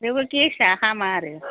थेवबो गेस आ हामा आरो